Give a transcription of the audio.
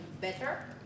better